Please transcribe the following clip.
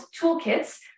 toolkits